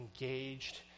engaged